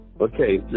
Okay